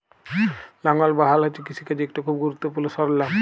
লাঙ্গল বা হাল হছে কিষিকাজের ইকট খুব গুরুত্তপুর্ল সরল্জাম